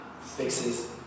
fixes